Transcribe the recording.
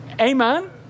Amen